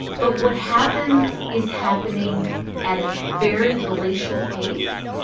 but what happens is happening at a very glacial pace.